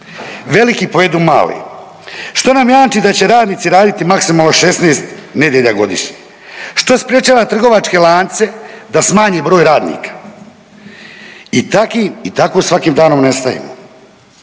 Veliki pojedu male. Što nam jamči da će radnici raditi maksimalno 16 nedjelja godišnje? Što sprječava trgovačke lance da smanji broj radnika? I tako svakim danom nestajemo.